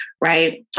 right